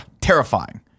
terrifying